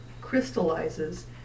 crystallizes